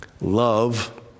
love